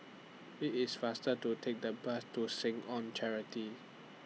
IT IS faster to Take The Bus to Seh Ong Charity